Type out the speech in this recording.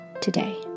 today